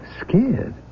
Scared